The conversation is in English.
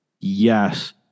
Yes